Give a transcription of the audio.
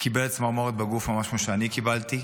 קיבל צמרמורת בגוף, ממש כמו שאני קיבלתי.